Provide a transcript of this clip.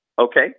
Okay